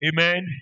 Amen